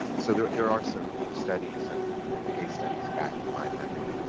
so there there are some studies and and case studies backing mind mapping